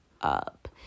up